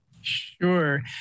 Sure